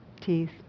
teeth